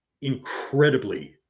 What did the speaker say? incredibly